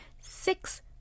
six